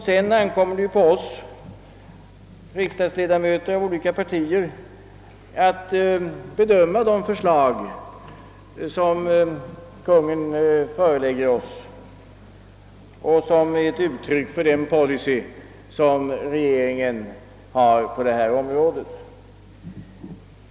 Sedan ankommer det på oss riksdagsledamöter av olika partier att be döma de förslag som föreläggs oss och som är ett uttryck för den politik som regeringen kommer att föra på detta område.